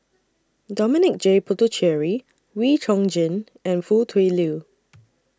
Dominic J Puthucheary Wee Chong Jin and Foo Tui Liew